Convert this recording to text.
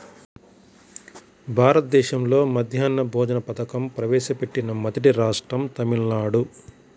భారతదేశంలో మధ్యాహ్న భోజన పథకం ప్రవేశపెట్టిన మొదటి రాష్ట్రం తమిళనాడు